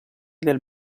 del